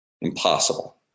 Impossible